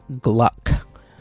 Gluck